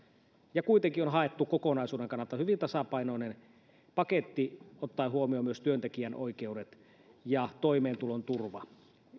ja kuitenkin on haettu kokonaisuuden kannalta hyvin tasapainoinen paketti ottaen huomioon myös työntekijän oikeudet ja toimeentulon turvan